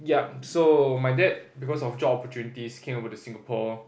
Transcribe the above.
yup so my dad because of job opportunities came over to Singapore